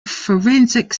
forensic